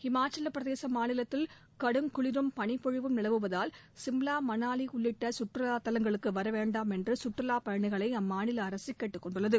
ஹிமாச்சலப்பிரதேச மாநிலத்தில் கடுங்குளிரும் பனிப்பொழிவும் நிலவுவதால் சிம்லா மணாலி உள்ளிட்ட சுற்றுலா தலங்களுக்கு வர வேண்டாம் என்று சுற்றுலா பயணிகளை அம்மாநில அரசு கேட்டுக் கொண்டுள்ளது